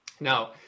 Now